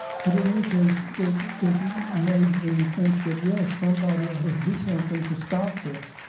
but in any case, it it made me think that yes somebody ought to do something to stop this.